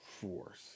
force